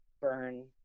burn